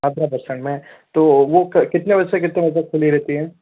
NADRA bus stand में तो वो कितने बजे से कितने बजे तक खुली रहती है